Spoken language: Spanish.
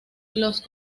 los